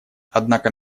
однако